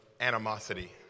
animosity